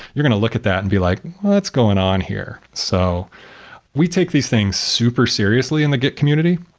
you're going to look at that and be like, what's going on here? so we take these things super seriously in the git community.